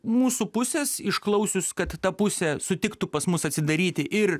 mūsų pusės išklausius kad ta pusė sutiktų pas mus atsidaryti ir